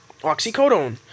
...oxycodone